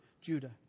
Judah